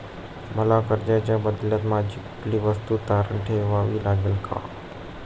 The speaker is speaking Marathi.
मला कर्जाच्या बदल्यात माझी कुठली वस्तू तारण ठेवावी लागेल का?